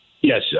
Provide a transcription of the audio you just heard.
Yes